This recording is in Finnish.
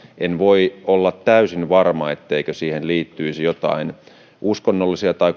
en voi olla täysin varma etteikö niihin liittyisi joitain uskonnollisia tai